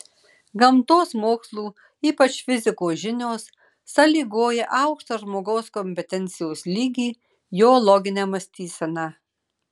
gamtos mokslų ypač fizikos žinios sąlygoja aukštą žmogaus kompetencijos lygį jo loginę mąstyseną